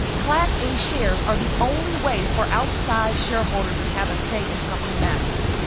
class a shares are the only way for outside shareholders to have a say in company matters.